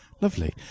Lovely